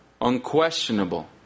Unquestionable